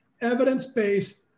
evidence-based